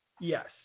Yes